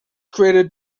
created